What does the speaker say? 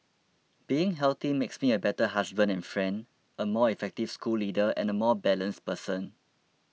being healthy makes me a better husband and friend a more effective school leader and a more balanced person